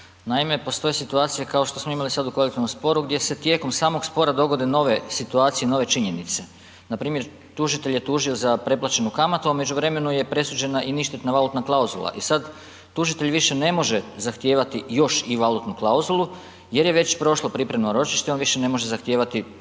Naime, postoje situacije, kao što smo imali sada u kolektivnom sporu, gdje se tijekom samog spora dogode nove situacije i nove činjenice, npr. tužitelj je tužio za pretplaćenu kamatu, a u međuvremenu je presuđena i ništetna valutna klauzula. I sada tužitelj više ne može zahtijevati još i valutnu klauzulu, jer je već prošlo pripremno ročište on više ne može zahtijevati